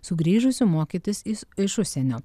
sugrįžusių mokytis iš užsienio